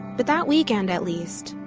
but that weekend at least,